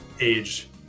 age